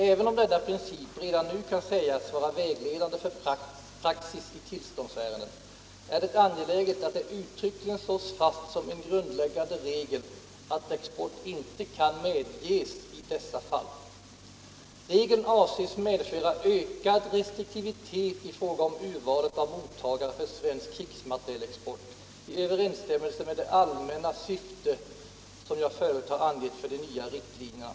Även om denna princip redan nu kan sägas vara vägledande för praxis i tillståndsärenden, är det angeläget att det uttryckligen slås fast som en grundläggande regel att export inte kan medges i dessa fall. Regeln avses medföra ökad restriktivitet i fråga om urvalet av mottagare för svensk krigsmaterielexport i överensstämmelse med det allmänna syftet som jag förut har angett för de nya riktlinjerna.